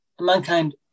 mankind